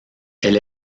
elle